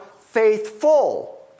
faithful